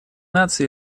наций